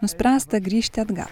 nuspręsta grįžti atgal